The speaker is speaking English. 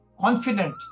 confident